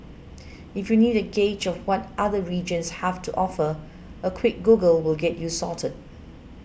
if you need a gauge of what other regions have to offer a quick Google will get you sorted